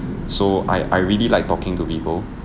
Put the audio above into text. so I I really like talking to people